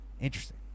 Interesting